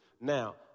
Now